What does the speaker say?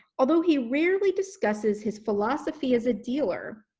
although he rarely discusses his philosophy as a dealer,